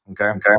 Okay